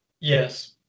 Yes